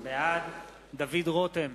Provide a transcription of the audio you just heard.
בעד דוד רותם,